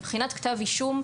מבחינת כתב אישום,